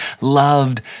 loved